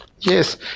yes